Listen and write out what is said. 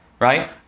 right